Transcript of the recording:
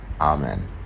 amen